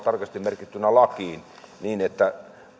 tarkasti merkittynä lakiin niin että